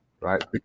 right